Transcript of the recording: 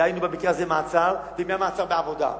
דהיינו במקרה הזה מעצר, ומהמעצר הם בעבודה.